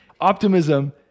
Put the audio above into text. Optimism